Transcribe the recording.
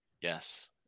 yes